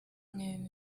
know